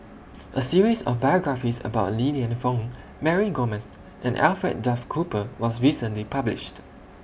A series of biographies about Li Lienfung Mary Gomes and Alfred Duff Cooper was recently published